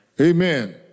Amen